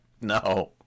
no